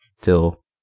till